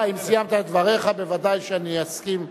אם סיימת את דבריך ודאי שאני אסכים.